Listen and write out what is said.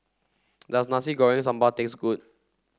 does Nasi Goreng Sambal taste good